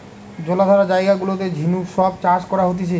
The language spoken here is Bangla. জলাধার জায়গা গুলাতে ঝিনুক সব চাষ করা হতিছে